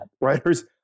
writers